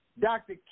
dr